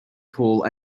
pool